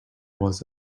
was